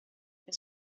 que